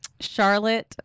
Charlotte